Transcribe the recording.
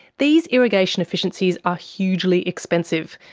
these irrigation efficiencies are hugely expensive.